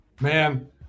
Man